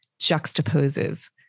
juxtaposes